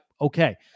Okay